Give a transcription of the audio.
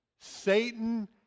Satan